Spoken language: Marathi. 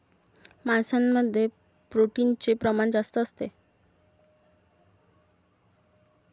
मांसामध्ये प्रोटीनचे प्रमाण जास्त असते